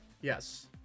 Yes